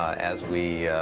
as we